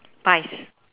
pies